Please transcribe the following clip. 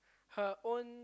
her own